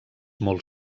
molt